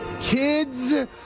kids